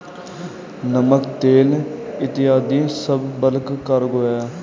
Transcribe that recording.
नमक, तेल इत्यादी सब बल्क कार्गो हैं